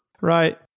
Right